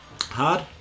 hard